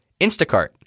Instacart